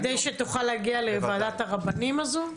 כדי שתוכל להגיע לוועדת הרבנים הזו?